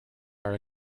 are